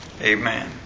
Amen